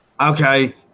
Okay